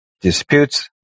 disputes